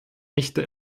echte